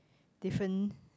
different